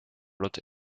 not